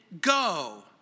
go